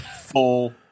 full